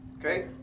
okay